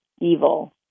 evil